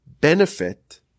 benefit